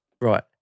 Right